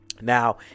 Now